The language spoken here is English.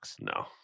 No